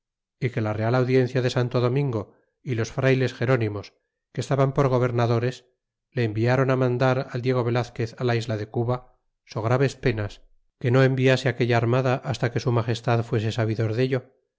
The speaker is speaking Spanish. y que la real audiencia de santo domingo y los frayles gerónimos que estaban por gobernadores le environ mandar al diego velazquez la isla de cuba so graves penas que no enviase aquella armada hasta que su magestad fuese sabidor dello